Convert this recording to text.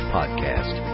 Podcast